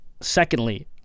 Secondly